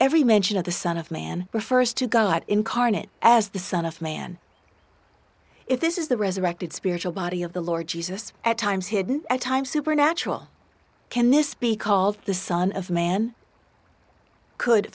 every mention of the son of man refers to god incarnate as the son of man if this is the resurrected spiritual body of the lord jesus at times hidden at times supernatural can this be called the son of man